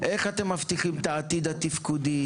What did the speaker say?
איך הם מבטיחים את העתיד התפקודי,